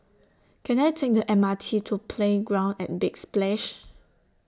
Can I Take The M R T to Playground At Big Splash